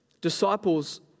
Disciples